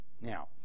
Now